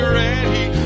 ready